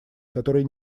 который